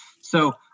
So-